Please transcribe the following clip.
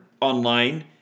online